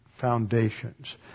foundations